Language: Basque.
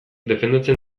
defendatzen